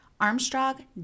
Armstrong